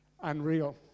unreal